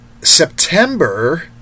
September